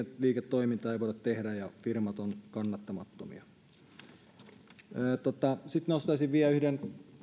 liiketoimintaa ei voida tehdä ja firmat ovat kannattamattomia sitten nostaisin vielä yhden